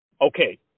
Okay